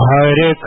Hare